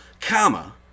comma